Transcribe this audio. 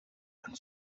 and